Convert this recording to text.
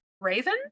raven